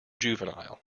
juvenile